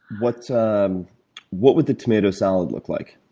what um what would the tomato salad look like?